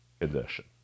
edition